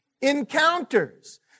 Encounters